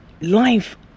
life